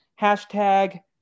hashtag